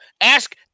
ask